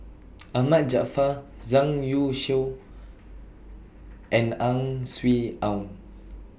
Ahmad Jaafar Zhang Youshuo and Ang Swee Aun